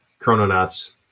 Chrononauts